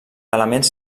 elements